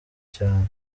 cyane